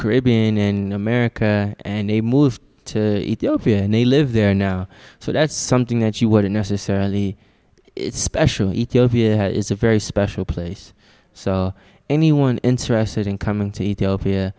caribbean in america and they moved to appear and they live there now so that's something that you wouldn't necessarily it's special ethiopia is a very special place so anyone interested in coming to ethiopia